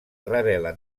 revela